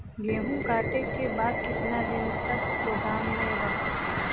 गेहूँ कांटे के बाद कितना दिन तक गोदाम में रह सकेला?